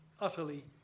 utterly